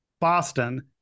Boston